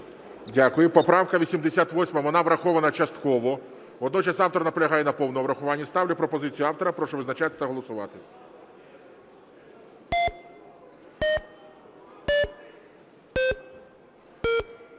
Дякую. Поправка 88. Вона врахована частково. Водночас автор наполягає на повному врахуванні. Ставлю пропозицію автора. Прошу визначатися та голосувати.